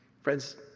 Friends